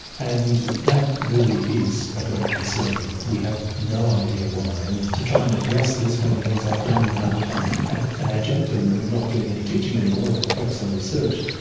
and that really is a great concern, we have no idea why. and to try and address this one of things i've done now that i'm and an adjunct and not doing any teaching anymore and i can focus on research.